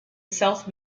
south